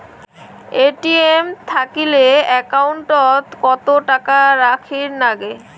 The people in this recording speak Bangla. এ.টি.এম থাকিলে একাউন্ট ওত কত টাকা রাখীর নাগে?